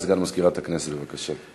הודעה לסגן מזכירת הכנסת, בבקשה.